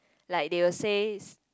like they will say s~